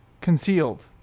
Concealed